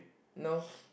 no